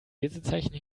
lesezeichen